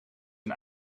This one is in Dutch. een